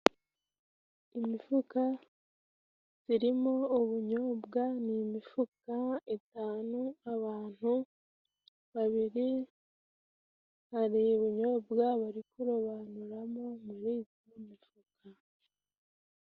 Imifuka birimo ubunyobwa ni imifuka itanu abantu babiri, hari ubunyobwa bari kurobanura mo muri iyo mifuka.